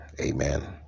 Amen